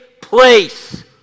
place